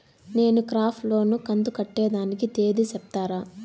నేను crop loan కంతు కట్టేదానికి తేది సెప్తారా?